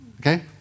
Okay